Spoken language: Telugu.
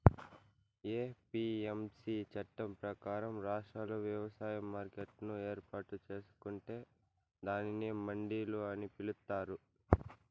ఎ.పి.ఎమ్.సి చట్టం ప్రకారం, రాష్ట్రాలు వ్యవసాయ మార్కెట్లను ఏర్పాటు చేసుకొంటే దానిని మండిలు అని పిలుత్తారు